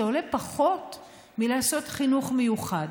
זה עולה פחות מלעשות חינוך מיוחד.